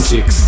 Six